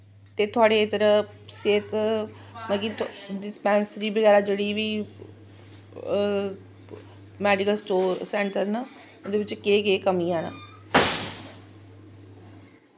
ते थोआड़े इध्दर सेह्त मतलव डिस्पैंसरी बगैरा जेह्ड़ी बी मैडिकल सैंटर न ओह्दे बिच्च केह् केह् कमियां न